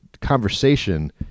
conversation